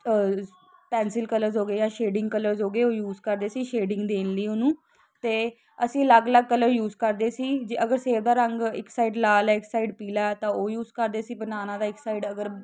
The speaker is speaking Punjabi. ਪੈਂਸਲ ਕਲਰਸ ਹੋ ਗਏ ਜਾਂ ਸ਼ੇਡਿੰਗ ਕਲਰਸ ਹੋ ਗਏ ਉਹ ਯੂਜ ਕਰਦੇ ਸੀ ਸ਼ੇਡਿੰਗ ਦੇਣ ਲਈ ਉਹਨੂੰ ਅਤੇ ਅਸੀਂ ਅਲੱਗ ਅਲੱਗ ਕਲਰ ਯੂਜ ਕਰਦੇ ਸੀ ਜੇ ਅਗਰ ਸੇਬ ਦਾ ਰੰਗ ਇੱਕ ਸਾਈਡ ਲਾਲ ਆ ਇਕ ਸਾਈਡ ਪੀਲਾ ਤਾਂ ਉਹ ਯੂਜ ਕਰਦੇ ਸੀ ਬਨਾਨਾ ਦਾ ਇੱਕ ਸਾਈਡ ਅਗਰ